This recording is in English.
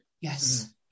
Yes